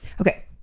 Okay